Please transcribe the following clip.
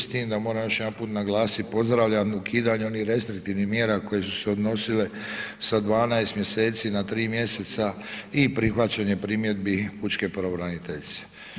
S tim da moram još jedanput naglasiti pozdravljam ukidanje onih restriktivnih mjera koje su se odnosile sa 12 mjeseci na 3 mjeseca i prihvaćanje primjedbi pučke pravobraniteljice.